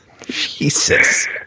Jesus